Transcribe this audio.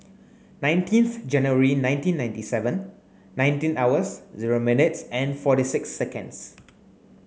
nineteenth January nineteen ninety seven nineteen hours zero minutes forty six seconds